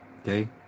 okay